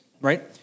right